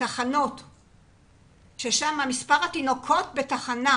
מספר התינוקות בתחנת